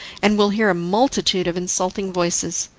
and will hear a multitude of insulting voices,